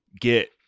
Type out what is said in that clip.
get